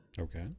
Okay